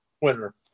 Winner